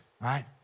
right